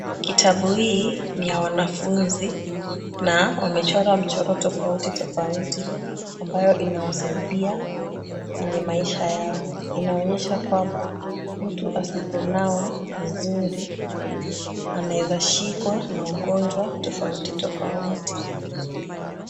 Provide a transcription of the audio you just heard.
Kitabu hii ni ya wanafunzi na wamechora mchoro tofauti tofauti, ambayo inawasaidia kwenye maisha yao. Inaonyesha kwamba, mtu asiponawa vizuri anaeza shikwa na ugonjwa tofauti tofauti.